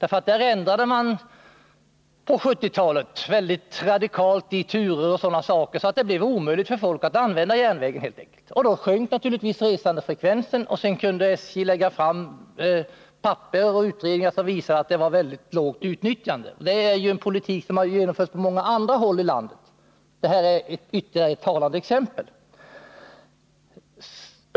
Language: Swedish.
På 1970-talet ändrade man mycket radikalt på turerna så att det helt enkelt blev omöjligt för folk att använda järnvägen. Då sjönk naturligtvis resandefrekvensen, och sedan kunde SJ lägga fram utredningar som visade ett väldigt lågt utnyttjande. Det är en politik som har genomförts på många andra håll i landet, och detta är ytterligare ett exempel.